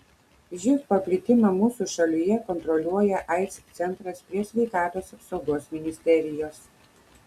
živ paplitimą mūsų šalyje kontroliuoja aids centras prie sveikatos apsaugos ministerijos